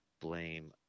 blame